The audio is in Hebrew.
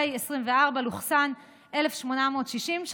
פ/1860/24,